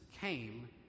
came